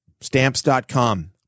Stamps.com